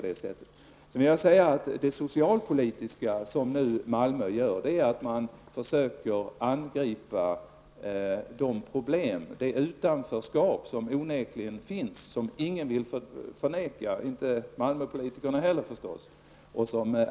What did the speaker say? De socialpolitiska åtgärder som man nu vidtar i Malmö går ut på att man försöker angripa de stora problem och det utanförskap som onekligen finns och som ingen -- givetvis inte heller Malmöpolitikerna -- vill förneka.